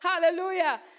Hallelujah